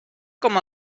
com